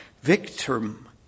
victim